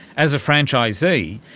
as a franchisee,